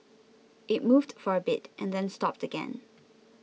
it moved for a bit and then stopped again